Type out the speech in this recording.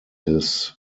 his